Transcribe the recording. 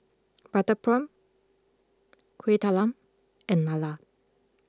Butter Prawn Kueh Talam and Lala